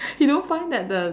he don't find that the